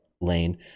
lane